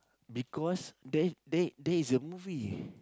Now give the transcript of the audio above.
because there there there is a movie